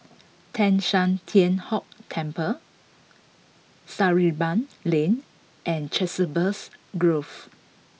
Teng San Tian Hock Temple Sarimbun Lane and Chiselhurst Grove